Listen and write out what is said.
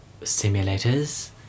simulators